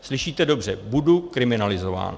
Slyšíte dobře budu kriminalizován.